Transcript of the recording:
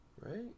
Right